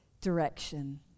direction